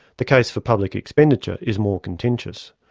the case for public expenditure is more contentious.